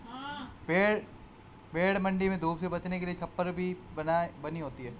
भेंड़ मण्डी में धूप से बचने के लिए छप्पर भी बनी होती है